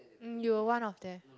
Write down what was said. mm you were one of them